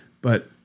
But-